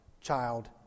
child